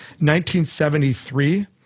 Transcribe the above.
1973